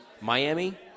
Miami